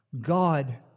God